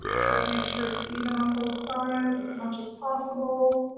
trying to make sure it's even on both sides as much as possible.